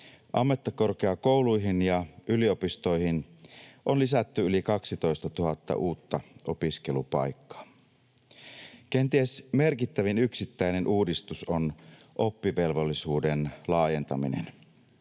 Ammattikorkeakouluihin ja yliopistoihin on lisätty yli 12 000 uutta opiskelupaikkaa. Kenties merkittävin yksittäinen uudistus on oppivelvollisuuden laajentaminen.